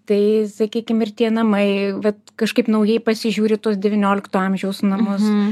tai sakykim ir tie namai vat kažkaip naujai pasižiūri į tuos devyniolikto amžiaus namus